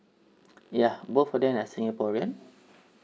ya both of them are singaporean